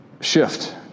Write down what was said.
shift